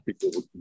people